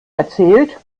erzählt